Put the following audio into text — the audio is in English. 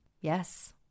Yes